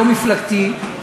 לא מפלגתי,